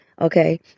okay